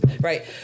Right